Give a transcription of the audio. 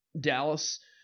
Dallas